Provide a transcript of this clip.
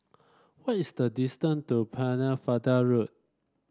what is the distance to Pennefather Road